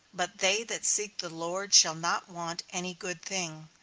but they that seek the lord shall not want any good thing.